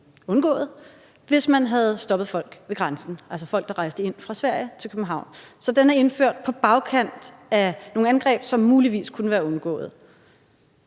undgået, hvis man havde stoppet folk ved grænsen, altså folk, der rejste ind fra Sverige til København. Så den er indført på bagkant af nogle angreb, som muligvis kunne være undgået.